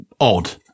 odd